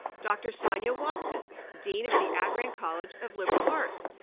dr. sonja watson, dean of the addran college of liberal arts,